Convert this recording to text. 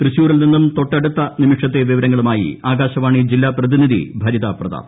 തൃശ്ശൂരിൽ നിന്നും തൊട്ടടുത്ത നിമിഷത്തെ വിവരങ്ങളുമായി ആകാശവാണി ജില്ലാ പ്രതിനിധി ഭരിത പ്രതാപ്